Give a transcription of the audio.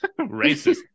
Racist